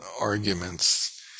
arguments